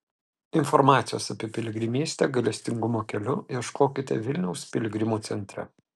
informacijos apie piligrimystę gailestingumo keliu ieškokite vilniaus piligrimų centre